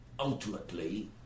Ultimately